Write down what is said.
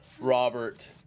Robert